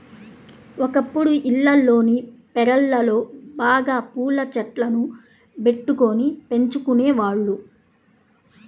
ఒకప్పుడు ఇళ్లల్లోని పెరళ్ళలో బాగా పూల చెట్లను బెట్టుకొని పెంచుకునేవాళ్ళు